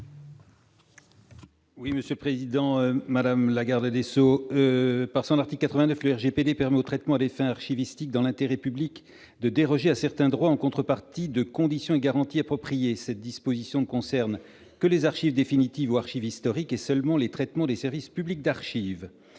Oui, Monsieur le Président, Madame la Garde des Sceaux par Artis 89 le RGPD permet aux traitements à des fins archiviste hic dans l'intérêt public de déroger à certains droits en contrepartie de conditions et garanties appropriées, cette disposition ne concerne que les archives définitives archives historiques et seulement les traitements des services publics d'archives